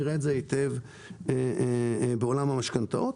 נראה את זה היטב בעולם המשכנתאות.